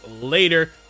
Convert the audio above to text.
later